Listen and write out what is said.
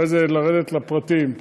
ואחרי זה לרדת לפרטים.